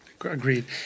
Agreed